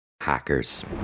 Hackers